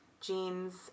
jeans